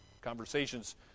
Conversations